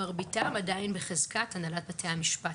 מרביתם עדיין בחזקת הנהלת בתי המשפט.